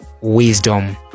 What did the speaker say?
wisdom